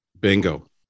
Bingo